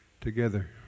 together